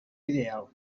ideal